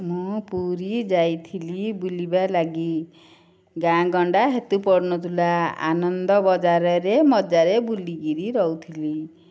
ମୁଁ ପୁରୀ ଯାଇଥିଲି ବୁଲିବା ଲାଗି ଗାଁ ଗଣ୍ଡା ହେତୁ ପଡ଼ୁନଥିଲା ଆନନ୍ଦ ବଜାରରେ ମଜାରେ ବୁଲିକରି ରହୁଥିଲି